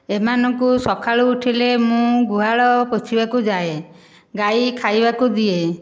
ଏମାନଙ୍କୁ ସକାଳୁ ଉଠିଲେ ମୁଁ ଗୁହାଳ ପୋଛିବାକୁ ଯାଏ ଗାଈ ଖାଇବାକୁ ଦିଏ